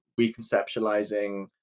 reconceptualizing